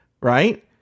right